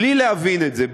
בלי להבין את זה,